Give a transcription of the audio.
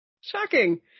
Shocking